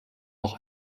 noch